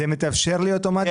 זה מתאפשר לי אוטומטית?